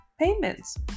Payments